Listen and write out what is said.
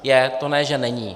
Je, to ne že není.